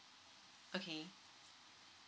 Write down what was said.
okay